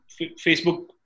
Facebook